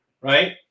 right